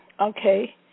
Okay